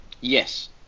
Yes